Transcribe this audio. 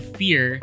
fear